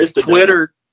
twitter